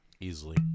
easily